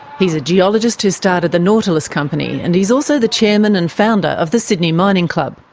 he's a geologist who started the nautilus company, and he's also the chairman and founder of the sydney mining club.